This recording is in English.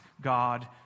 God